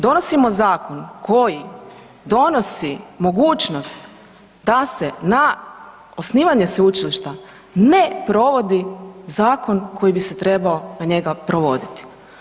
Donosimo zakon koji donosi mogućnost da se na osnivanje sveučilišta, ne provodi zakon koji bi se trebao na njega provoditi.